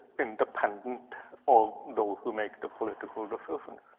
independent of those who make the political decisions.